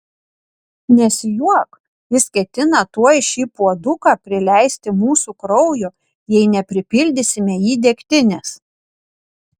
nesijuok jis ketina tuoj šį puoduką prileisti mūsų kraujo jei nepripildysime jį degtinės